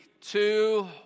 two